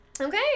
Okay